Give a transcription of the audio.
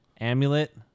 amulet